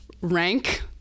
rank